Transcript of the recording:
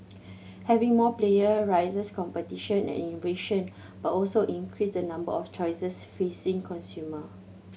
having more player raises competition and invention but also increase the number of choices facing consumer